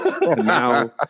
Now